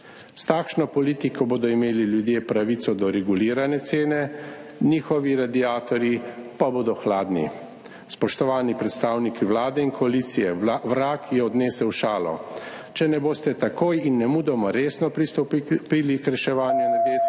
S takšno politiko bodo imeli ljudje pravico do regulirane cene, njihovi radiatorji pa bodo hladni. Spoštovani predstavniki Vlade in koalicije, vrag je odnesel šalo, če ne boste takoj in nemudoma resno pristopili k reševanju energetske